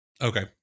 okay